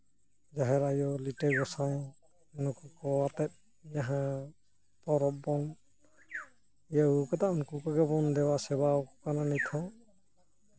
ᱡᱟᱦᱮᱨ ᱟᱹᱭᱩ ᱞᱤᱴᱟᱹ ᱜᱚᱸᱥᱟᱭ ᱱᱩᱞᱩ ᱠᱚ ᱟᱛᱮᱜ ᱡᱟᱦᱟᱸ ᱯᱚᱨᱚᱵᱽ ᱵᱚᱱ ᱤᱭᱟᱹ ᱟᱹᱜᱩ ᱠᱟᱫᱟ ᱩᱱᱠᱩ ᱠᱚᱜᱮ ᱵᱚᱱ ᱫᱮᱵᱟ ᱥᱮᱵᱟᱣ ᱠᱚ ᱠᱟᱱᱟ ᱱᱤᱛᱦᱚᱸ